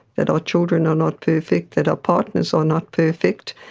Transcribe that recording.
that our children are not perfect, that our partners are not perfect,